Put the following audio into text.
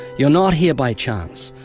you're not here by chance.